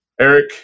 Eric